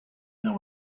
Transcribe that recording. know